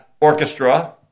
orchestra